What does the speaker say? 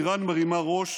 איראן מרימה ראש,